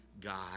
God